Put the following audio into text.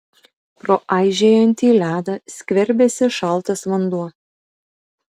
pro aižėjantį ledą skverbėsi šaltas vanduo